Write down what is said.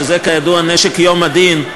שזה כידוע נשק יום הדין,